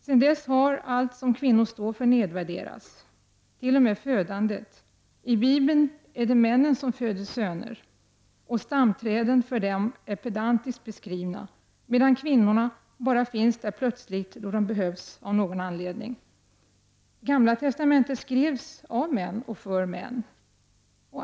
Sedan dess har allt som kvinnor står för nedvärderats, t.o.m. födandet. I Bibeln är det männen som föder söner, och stamträden för dem är pedantiskt beskrivna, medan kvinnorna bara finns där plötsligt då de av någon anledning behövs. Gamla testamentet skrevs av män för män.